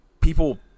people